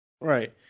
Right